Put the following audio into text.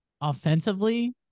offensively